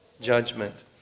judgment